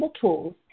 tools